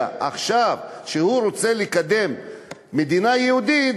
עכשיו ואומר שהוא רוצה לקדם מדינה יהודית,